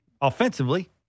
offensively